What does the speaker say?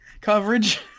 coverage